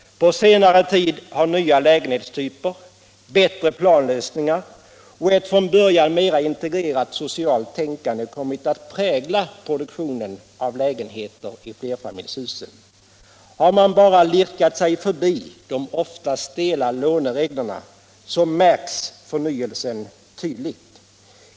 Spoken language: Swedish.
På senare tid har nya lägenhetstyper, bättre planlösningar och ett från början mera integrerat socialt tänkande kommit att prägla produktionen av lägenheter i flerfamiljshusen. Har man lirkat sig förbi de oftast stela lånereglerna så märks förnyelsen tydligt.